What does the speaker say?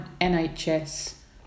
NHS